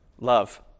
Love